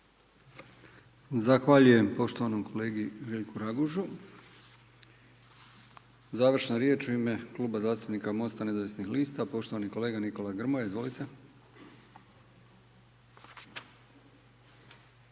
Zahvaljujem poštovanom kolegi Željku Ragužu. Završna riječ u ime Kluba zastupnika Mosta nezavisnih lista, poštovani kolega Nikola Grmoja, izvolite.